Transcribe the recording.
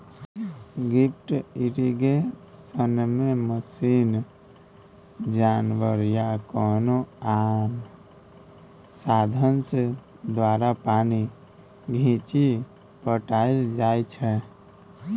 lift इरिगेशनमे machine, जानबर या कोनो आन साधंश द्वारा पानि घीचि पटाएल जाइ छै